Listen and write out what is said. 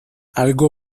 algo